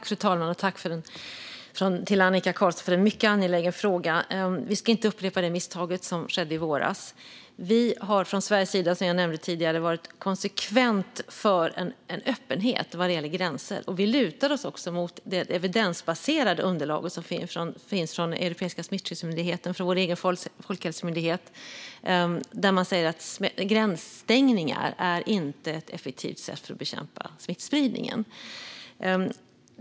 Fru talman! Tack, Annika Qarlsson, för en mycket angelägen fråga! Vi ska inte upprepa det misstag som skedde i våras. Vi har från Sveriges sida, som jag nämnde tidigare, konsekvent varit för öppenhet vad gäller gränser. Vi lutar oss också mot det evidensbaserade underlag som finns från Europeiska smittskyddsmyndigheten och från vår egen folkhälsomyndighet, där man säger att gränsstängningar inte är ett effektivt sätt att bekämpa smittspridningen.